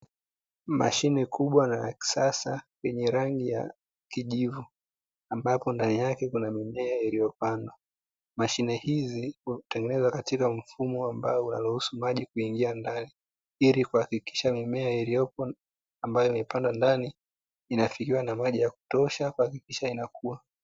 Mashine kubwa na ya kisasa yenye rangi ya kijivu, ambapo ndani yake kuna mimea iliyopandwa. Mashine hizi hutengenezwa katika mfumo ambao unaruhusu maji kuingia ndani, ili kuhakikisha mimea iliyopo ambayo imepandwa ndani inafikiwa na maji ya kutosha kuhakikisha inakua.